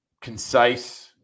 concise